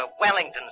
Wellington